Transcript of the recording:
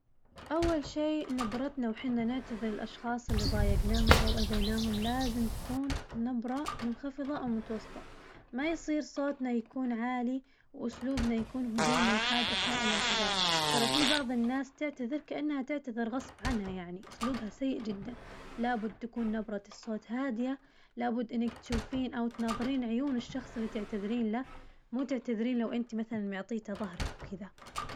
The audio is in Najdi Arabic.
أول شي نبرتنا وحنا نعتذر للأشخاص اللي ظايقناهم أو أذيناهم لازم تكون نبرة منخفظة أو متوسطة، ما يصير صوتنا يكون عالي وأسلوبنا يكون هجومي وحاد أثناء الاعتذار، ترى في بعظ الناس تعتذر كأنها تعتذر غصب عنها يعني أسلوبها سيء جداً، لابد تكون نبرة الصوت هادية لابد إنك تشوفين أو تناظرين عيون الشخص اللي تعتذرين له، مو تعتذرين له وأنت مثلاً معطيته ظهرك وكذا.